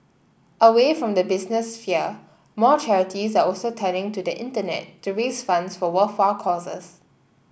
away from the business sphere more charities are also turning to the internet to raise funds for worthwhile causes